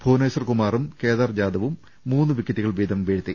ഭുവനേശ്വർ കുമാറും കേദാർ ജാദവും മൂന്ന് വിക്കറ്റുകൾ വീതം വീഴ്ത്തി